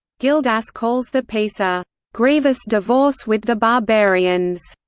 gildas calls the peace a grievous divorce with the barbarians.